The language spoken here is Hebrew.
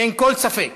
אין כל ספק